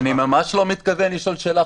אני ממש לא מתכוון לשאול שאלה,